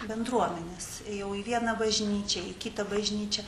bendruomenės ėjau į vieną bažnyčią į kitą bažnyčią